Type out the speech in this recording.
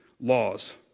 laws